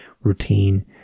routine